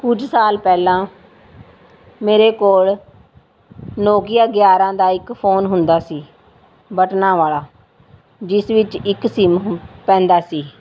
ਕੁਝ ਸਾਲ ਪਹਿਲਾਂ ਮੇਰੇ ਕੋਲ਼ ਨੋਕੀਆ ਗਿਆਰ੍ਹਾਂ ਦਾ ਇੱਕ ਫੋਨ ਹੁੰਦਾ ਸੀ ਬਟਨਾਂ ਵਾਲਾ ਜਿਸ ਵਿੱਚ ਇੱਕ ਸਿੰਮ ਹੁ ਪੈਂਦਾ ਸੀ